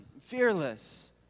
fearless